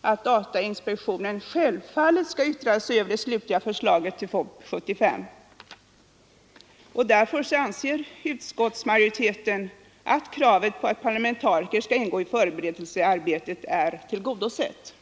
att datainspektionen självfallet skall yttra sig över det slutliga förslaget till folkoch bostadsräkning 1975. Därför anser utskottsmajoriteten att kravet på att parlamentariker skall ingå i förberedelsearbetet är tillgodosett.